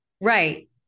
Right